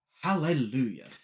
Hallelujah